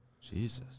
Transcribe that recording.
Jesus